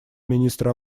министра